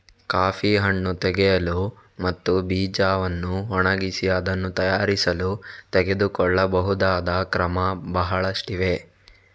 coffee ಹಣ್ಣು ತೆಗೆಯಲು ಮತ್ತು ಬೀಜವನ್ನು ಒಣಗಿಸಿ ಅದನ್ನು ತಯಾರಿಸಲು ತೆಗೆದುಕೊಳ್ಳಬಹುದಾದ ಕ್ರಮ ಬಹಳಷ್ಟಿವೆ